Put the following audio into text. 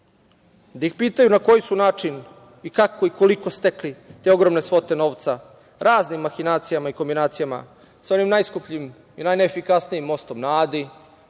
da ih pitaju na koji su način, kako i koliko su stekli te ogromne svote novca? Raznim mahinacijama i kombinacijama, sa onim najskupljim i najneefikasnijim mostom na Adi,